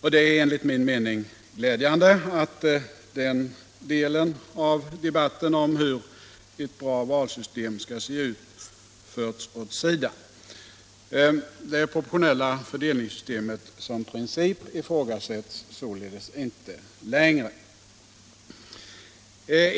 Det är enligt min mening glädjande att den delen av debatten om hur ett bra valsystem skall se ut förts åt sidan. Det proportionella fördelningssystemet som princip ifrågasätts således inte längre.